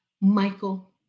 Michael